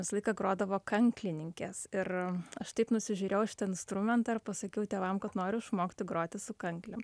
visą laiką grodavo kanklininkės ir aš taip nusižiūrėjau šitą instrumentą ir pasakiau tėvam kad noriu išmokti groti su kanklėm